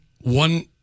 one